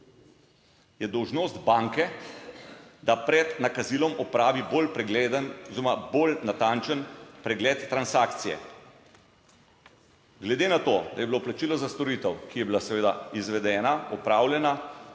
je dolžnost banke, da pred nakazilom opravi bolj pregleden oziroma bolj natančen pregled transakcije. Glede na to, da je bilo plačilo za storitev, ki je bila seveda izvedena, opravljena,